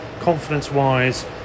confidence-wise